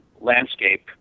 landscape